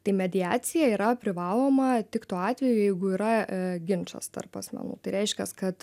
tai mediacija yra privaloma tik tuo atveju jeigu yra ginčas tarp asmenų tai reiškias kad